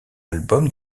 album